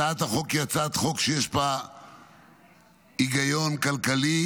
הצעת החוק היא הצעת חוק שיש בה היגיון כלכלי,